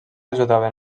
ajudaven